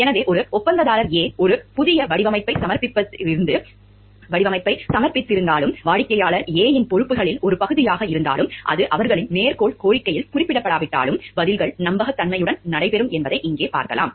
எனவே ஒரு ஒப்பந்ததாரர் A ஒரு புதிய வடிவமைப்பை சமர்ப்பித்திருந்தாலும் வாடிக்கையாளர் A இன் பொறுப்புகளில் ஒரு பகுதியாக இருந்தாலும் அது அவர்களின் மேற்கோள் கோரிக்கையில் குறிப்பிடப்படாவிட்டாலும் பதில்கள் நம்பகத்தன்மையுடன் நடைபெறும் என்பதை இங்கே பார்க்கலாம்